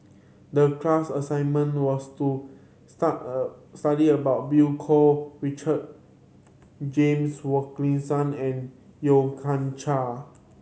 the class assignment was to study about Billy Koh Richard James Wilkinson and Yeo Kian Chai